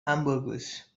hamburgers